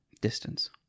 Distance